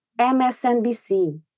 MSNBC